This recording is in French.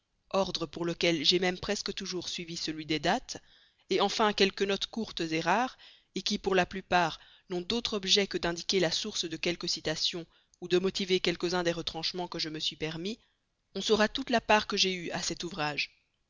ordre pour lequel j'ai même presque toujours suivi celui des dates enfin quelques notes courtes et rares qui pour la plupart n'ont d'autre objet que d'indiquer la source de quelques citations ou de motiver quelques-uns des retranchements que je me suis permis on saura toute la part que j'ai eue à cet ouvrage